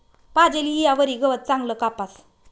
पाजेल ईयावरी गवत चांगलं कापास